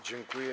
Dziękuję.